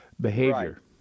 behavior